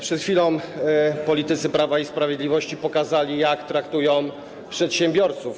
Przed chwilą politycy Prawa i Sprawiedliwości pokazali, jak traktują przedsiębiorców.